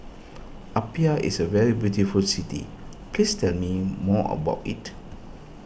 Apia is a very beautiful city please tell me more about it